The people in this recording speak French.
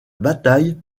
bataille